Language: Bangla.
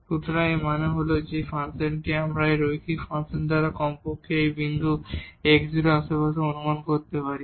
সুতরাং এর মানে হল এই ফাংশনটি আমরা এই রৈখিক ফাংশন দ্বারা কমপক্ষে এই বিন্দু x 0 এর আশেপাশে অনুমান করতে পারি